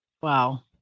Wow